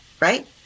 Right